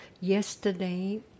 yesterday